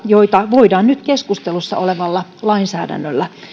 joita voidaan nyt keskustelussa olevalla lainsäädännöllä